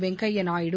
Venkaiah Naidu